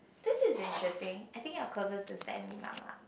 this is interesting I think you're closest to Stanley mama